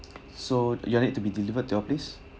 so you want it to be delivered to your place